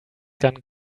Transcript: gone